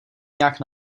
nějak